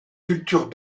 culture